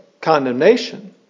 condemnation